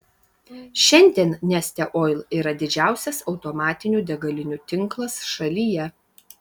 šiandien neste oil yra didžiausias automatinių degalinių tinklas šalyje